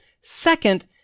Second